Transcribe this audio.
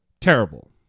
Terrible